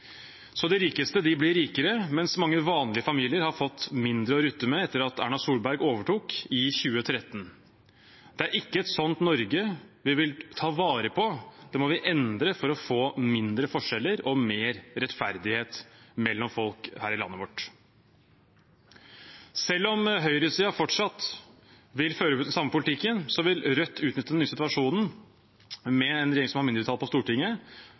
Så de rikeste blir rikere, mens mange vanlige familier har fått mindre å rutte med etter at Erna Solberg overtok i 2013. Det er ikke et slikt Norge vi vil ta vare på. Det må vi endre for å få mindre forskjeller og mer rettferdighet mellom folk her i landet vårt. Selv om høyresiden fortsatt vil føre den samme politikken, vil Rødt utnytte den nye situasjonen med en regjering som har mindretall på Stortinget,